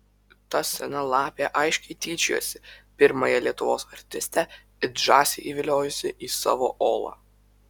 ta sena lapė aiškiai tyčiojosi pirmąją lietuvos artistę it žąsį įsiviliojusi į savo olą